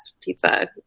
pizza